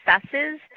successes